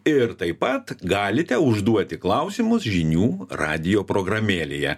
ir taip pat galite užduoti klausimus žinių radijo programėlėje